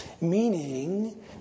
meaning